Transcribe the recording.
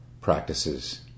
practices